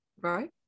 right